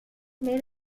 made